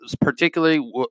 particularly